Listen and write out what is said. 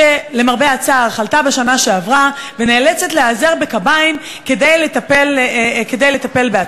שלמרבה הצער חלתה בשנה שעברה ונאלצת להיעזר בקביים כדי לטפל בעצמה.